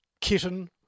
kitten